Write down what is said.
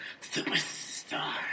superstar